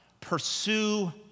pursue